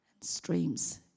streams